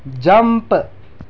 jump